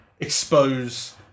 expose